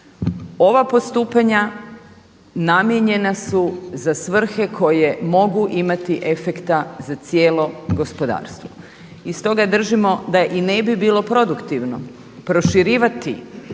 Ova postupanja namijenjena su za svrhe koje mogu imati efekta za cijelo gospodarstvo. I stoga držimo da i ne bi bilo produktivno proširivati